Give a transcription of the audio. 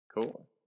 cool